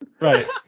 Right